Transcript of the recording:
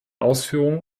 ausführungen